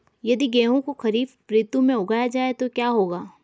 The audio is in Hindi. यदि गेहूँ को खरीफ ऋतु में उगाया जाए तो क्या होगा?